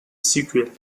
succulent